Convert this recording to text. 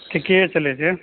ठीके चलै छै